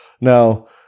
Now